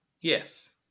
Yes